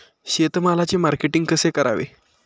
शेतमालाचे मार्केटिंग कसे करावे?